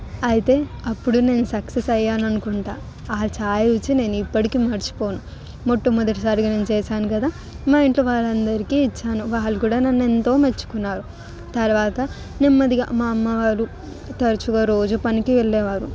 అయితే అప్పుడు నేను సక్సెస్ అయ్యాను అనుకుంటా ఆ చాయ్ రుచి నేను ఇప్పటికీ మర్చిపోను మొట్టమొదటిసారిగా నేను చేశాను కదా మా ఇంట్లో వారందరికీ ఇచ్చాను వాళ్ళు కూడా నన్ను ఎంతో మెచ్చుకున్నారు తరవాత నెమ్మదిగా మా అమ్మ వాళ్ళు తరచుగా రోజు పనికి వెళ్లేవారు